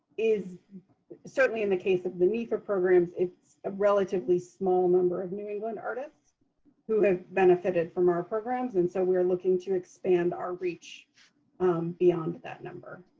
is certainly, in the case of the nefa programs, it's a relatively small number of new england artists who have benefited from our programs. and so we are looking to expand our reach beyond that number.